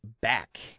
back